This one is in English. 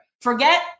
Forget